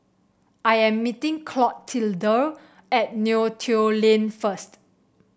I am meeting Clotilde at Neo Tiew Lane first